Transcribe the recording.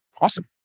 Awesome